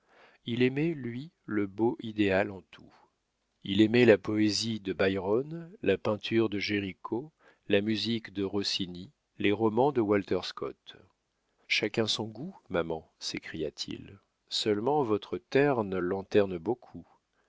il aimait lui le beau idéal en tout il aimait la poésie de byron la peinture de géricault la musique de rossini les romans de walter scott chacun son goût maman s'écria-t-il seulement votre terne lanterne beaucoup